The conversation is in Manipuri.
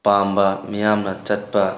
ꯄꯥꯝꯕ ꯃꯤꯌꯥꯝꯅ ꯆꯠꯄ